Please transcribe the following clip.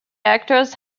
actors